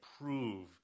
prove